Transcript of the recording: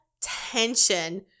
tension